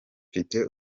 mfite